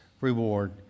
reward